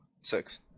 six